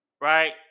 right